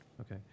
Okay